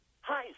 Hi